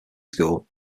school